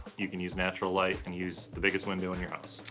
you can use natural light and use the biggest window in your house.